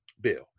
bill